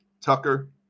Tucker